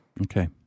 Okay